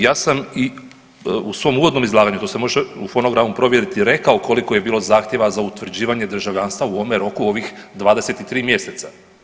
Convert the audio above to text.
Ja sam i u svom uvodnom izlaganju, to se može u fonogramu provjeriti, rekao koliko je bilo zahtjeva za utvrđivanje državljanstva u ovome roku, u ovih 23 mjeseca.